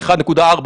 ה-1.4?